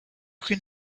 can